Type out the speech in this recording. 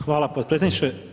Hvala potpredsjedniče.